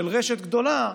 של רשת גדולה,